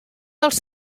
dels